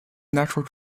natural